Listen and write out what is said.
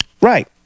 Right